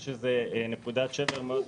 יש איזושהי נקודת שבר מאוד גדולה,